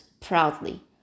proudly